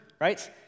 right